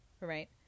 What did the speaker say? Right